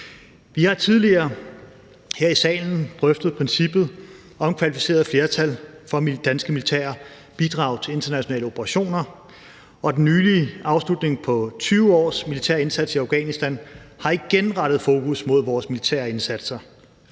Vi har tidligere her i salen drøftet princippet om kvalificeret flertal for danske militære bidrag til internationale operationer, og den nylige afslutning på 20 års militær indsats i Afghanistan har igen rettet fokus mod vores militære indsatser.